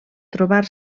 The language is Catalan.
trobar